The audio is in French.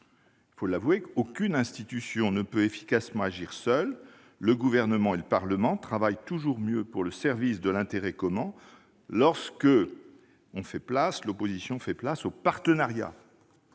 République, aucune institution ne peut efficacement agir seule. Le Gouvernement et le Parlement travaillent toujours mieux pour le service de l'intérêt commun lorsque l'opposition fait place au partenariat